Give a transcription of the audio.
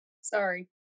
Sorry